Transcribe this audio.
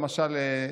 למשל,